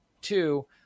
Two